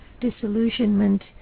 disillusionment